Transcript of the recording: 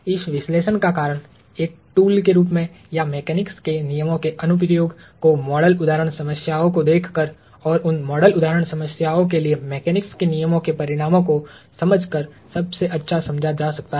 इस विश्लेषण का कारण एक टूल के रूप में या मेकेनिक्स के नियमों के अनुप्रयोग को मॉडल उदाहरण समस्याओं को देखकर और उन मॉडल उदाहरण समस्याओं के लिए मेकेनिक्स के नियमों के परिणामों को समझकर सबसे अच्छा समझा जा सकता है